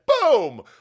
boom